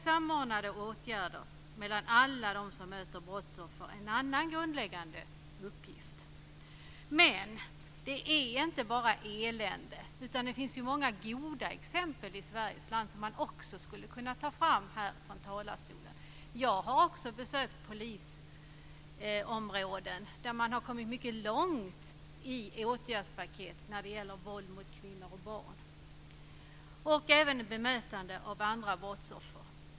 Samordnade åtgärder mellan alla som möter brottsoffer är en grundläggande uppgift. Men allt är inte bara elände, utan det finns många goda exempel i Sverige som man också skulle kunna ta upp här i talarstolen. Jag har besökt polisområden där man har kommit mycket långt med åtgärdspaket när det gäller våld mot kvinnor och barn. Det gäller även bemötande av andra brottsoffer.